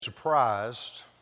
Surprised